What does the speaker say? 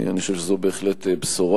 אני חושב שזאת בהחלט בשורה.